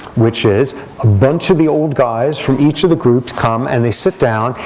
which is a bunch of the old guys from each of the groups come. and they sit down.